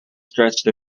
stretched